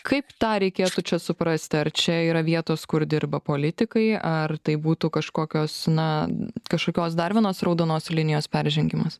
kaip tą reikėtų čia suprasti ar čia yra vietos kur dirba politikai ar tai būtų kažkokios na kažkokios dar vienos raudonos linijos peržengimas